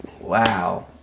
wow